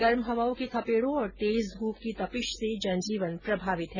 गर्म हवाओं के थपेड़ों और तेज धूप की तपिश से जनजीवन प्रभावित है